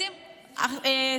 מי אמר את זה?